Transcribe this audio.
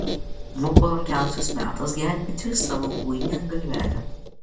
buvo palankiausias metas gelbėti savo buinią galvelę